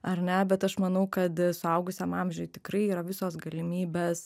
ar ne bet aš manau kad suaugusiam amžiuj tikrai yra visos galimybės